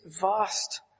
vast